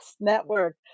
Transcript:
network